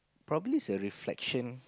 probably is a reflection